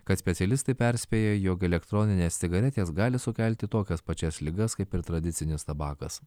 kad specialistai perspėja jog elektroninės cigaretės gali sukelti tokias pačias ligas kaip ir tradicinis tabakas